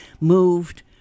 moved